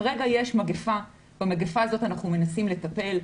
כרגע יש מגפה ואנחנו מנסים לטפל בה,